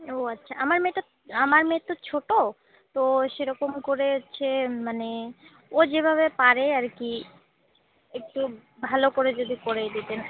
ও আচ্ছা আমার মেয়ে তো আমার মেয়ে তো ছোটো তো সেরকম করে হচ্ছে মানে ও যেভাবে পারে আর কি একটু ভালো করে যদি করেই দিতেন